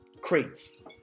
crates